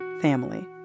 Family